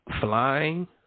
Flying